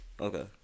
Okay